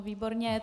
Výborně.